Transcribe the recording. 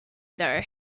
though